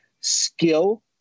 skill